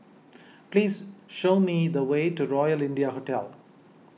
please show me the way to Royal India Hotel